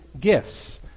gifts